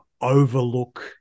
overlook